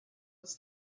was